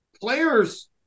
players